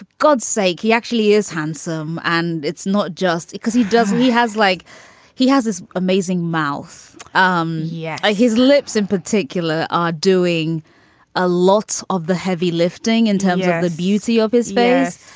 god's sake, he actually is handsome. and it's not just because he doesn't he has like he has this amazing mouth. um yeah. his lips in particular are doing a lot of the heavy lifting in terms of the beauty of his face.